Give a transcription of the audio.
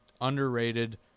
underrated